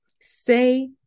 Say